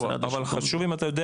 אבל חשוב שתעביר לנו,